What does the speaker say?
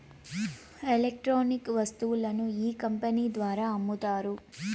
electronic వస్తువులను ఈ company ద్వారా అమ్ముతారు